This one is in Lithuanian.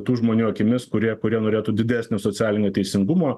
tų žmonių akimis kurie kurie norėtų didesnio socialinio teisingumo